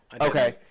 Okay